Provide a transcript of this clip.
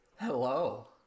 Hello